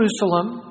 Jerusalem